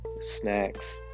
snacks